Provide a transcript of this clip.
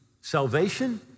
salvation